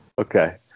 Okay